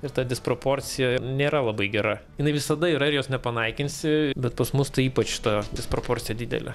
ir ta disproporcija nėra labai gera jinai visada yra ir jos nepanaikinsi bet pas mus tai ypač ta disproporcija didelė